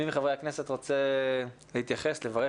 מי מחברי הכנסת רוצה להתייחס, לברך?